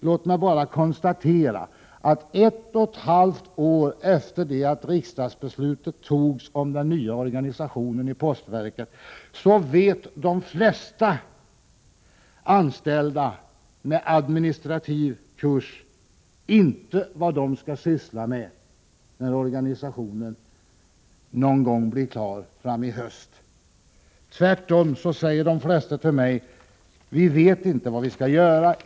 Låt mig bara konstatera att 1,5 år efter det att riksdagsbeslutet fattades om den nya organisationen av postverket vet de flesta anställda med administrativ kurs inte vad de skall syssla med när organisationen någon gång fram i höst blir klar. Tvärtom säger de flesta till mig: Vi vet inte vad vi skall göra.